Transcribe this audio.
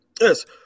Yes